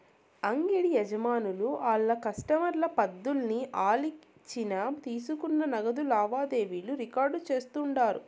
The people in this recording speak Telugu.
అంగిడి యజమానులు ఆళ్ల కస్టమర్ల పద్దుల్ని ఆలిచ్చిన తీసుకున్న నగదు లావాదేవీలు రికార్డు చేస్తుండారు